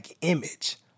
image